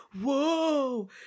whoa